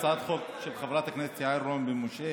הצעת החוק של חברת הכנסת יעל רון בן משה